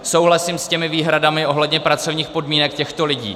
Souhlasím s těmi výhradami ohledně pracovních podmínek těchto lidí.